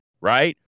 right